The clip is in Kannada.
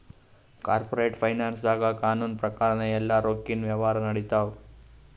ಕಾರ್ಪೋರೇಟ್ ಫೈನಾನ್ಸ್ದಾಗ್ ಕಾನೂನ್ ಪ್ರಕಾರನೇ ಎಲ್ಲಾ ರೊಕ್ಕಿನ್ ವ್ಯವಹಾರ್ ನಡಿತ್ತವ